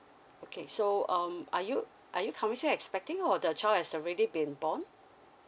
okay so um are you are you currently expecting or the child has already be born